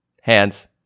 Hands